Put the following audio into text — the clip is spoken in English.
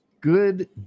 Good